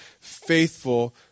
faithful